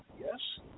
Yes